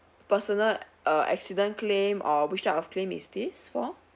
personal err accident claim or which type of claim is this for